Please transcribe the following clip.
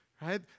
Right